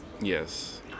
Yes